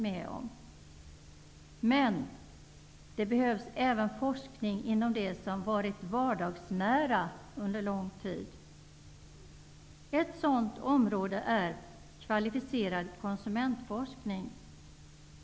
Men det behövs även forskning inom det som varit vardagsnära under lång tid. Ett sådant område är kvalificerad konsumentforskning.